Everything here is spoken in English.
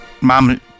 Mom